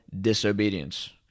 disobedience